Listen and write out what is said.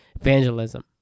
evangelism